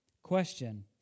Question